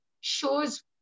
shows